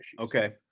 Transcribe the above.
Okay